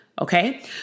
Okay